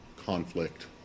Conflict